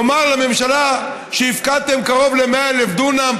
לומר לממשלה: הפקעתם קרוב ל-100,000 דונם,